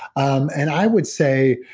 um and i would say,